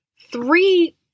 three